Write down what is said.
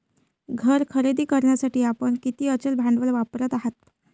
घर खरेदी करण्यासाठी आपण किती अचल भांडवल वापरत आहात?